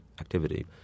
activity